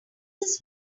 this